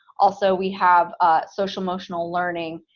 also we have social-emotional learning.